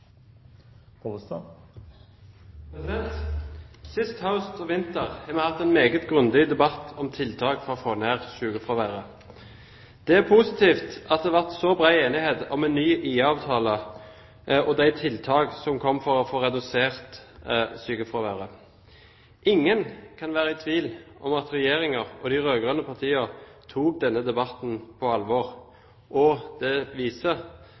Sist høst og vinter har vi hatt en meget grundig debatt om tiltak for å få ned sykefraværet. Det er positivt at det ble så bred enighet om en ny IA-avtale og de tiltak som kom for å få redusert sykefraværet. Ingen kan være i tvil om at Regjeringen og de rød-grønne partiene tok denne debatten på alvor, og at oppfølgingen av den vil bli høyt prioritert. Dersom det